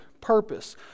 purpose